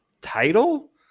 title